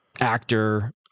actor